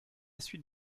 suite